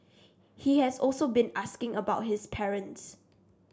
he has also been asking about his parents